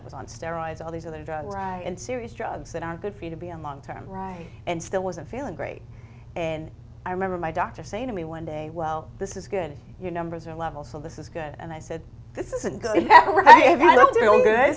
it was on steroids all these other drugs and serious drugs that are good for you to be a long term right and still wasn't feeling great and i remember my doctor saying to me one day well this is good your numbers are level so this is good and i said this isn't good